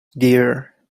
dear